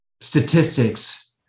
statistics